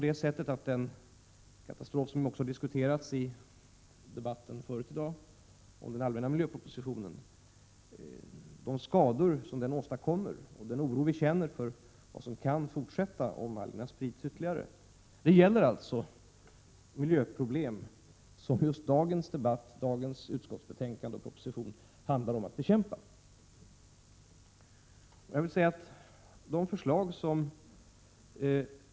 Den katastrof som har diskuterats i debatten förut i dag om den allmänna miljöpropositionen kan fortsätta om algerna sprids ytterligare. Vi känner oro för de skador som denna katastrof åstadkommer. Det utskottsbetänkande vi debatterar behandlar den proposition som handlar om att bekämpa just de miljöproblem som är så aktuella.